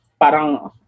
parang